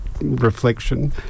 reflection